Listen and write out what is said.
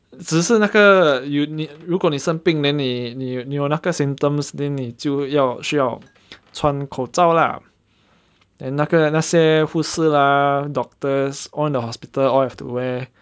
只是那个如果你生病 then 你你你有那个 symptoms then 你就要需要穿口罩 lah and 那个那些护士 lah doctors all in the hospital all have to wear